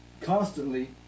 constantly